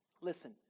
Listen